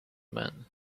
man